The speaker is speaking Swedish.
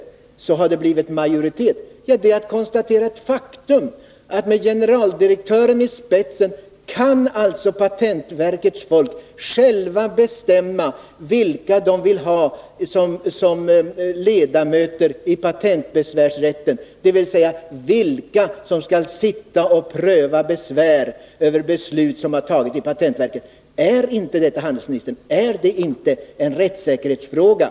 Man kan konstatera att patentverkets folk med generaldirektören i spetsen själva kan bestämma vilka de vill ha som ledamöter i patentbesvärsrätten, dvs. vilka som skall sitta och pröva besvär över beslut som har fattats i patentverket. Är detta inte, herr handelsminister, en rättssäkerhetsfråga?